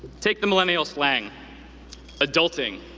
take the millennial slang adulting.